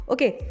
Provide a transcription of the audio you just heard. Okay